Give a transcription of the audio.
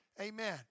Amen